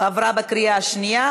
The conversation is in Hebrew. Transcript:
עברה בקריאה השנייה.